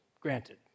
Granted